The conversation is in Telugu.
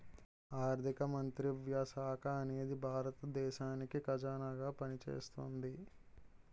ఆర్ధిక మంత్రిత్వ శాఖ అనేది భారత దేశానికి ఖజానాగా పనిచేస్తాది